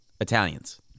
Italians